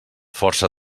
força